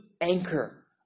anchor